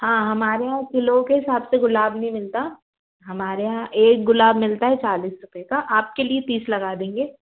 हाँ हमारे यहाँ किलो के हिसाब से गुलाब नहीं मिलता हमारे यहाँ एक गुलाब मिलता है चालीस रुपये का आपके लिए तीस लगा देंगे